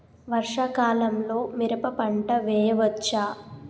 వర్షాకాలంలో మిరప పంట వేయవచ్చా?